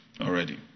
already